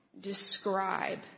describe